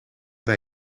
bij